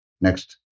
Next